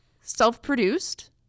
self-produced